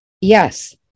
yes